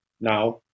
now